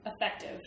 effective